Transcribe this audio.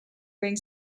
ring